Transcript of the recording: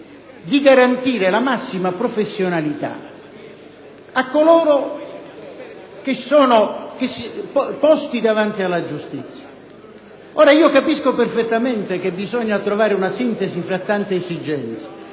di garantire la massima professionalità a coloro che sono posti davanti alla giustizia. Capisco perfettamente che bisogna trovare una sintesi fra tante esigenze